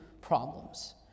problems